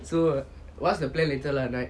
so what's the plan later lah at night